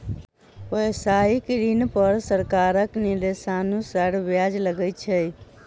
व्यवसायिक ऋण पर सरकारक निर्देशानुसार ब्याज लगैत छै